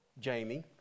Jamie